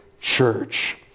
church